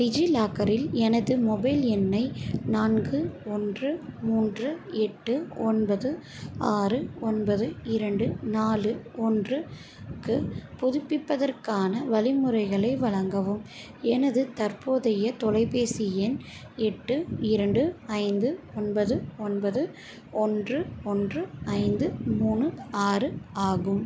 டிஜிலாக்கரில் எனது மொபைல் எண்ணை நான்கு ஒன்று மூன்று எட்டு ஒன்பது ஆறு ஒன்பது இரண்டு நாலு ஒன்றுக்கு புதுப்பிப்பதற்கான வலிமுறைகளை வழங்கவும் எனது தற்போதைய தொலைபேசி எண் எட்டு இரண்டு ஐந்து ஒன்பது ஒன்பது ஒன்று ஒன்று ஐந்து மூணு ஆறு ஆகும்